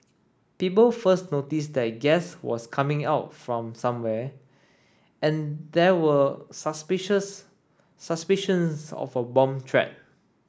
people first noticed that gas was coming out from somewhere and there were suspicious suspicions of a bomb threat